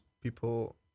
people